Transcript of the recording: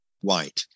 white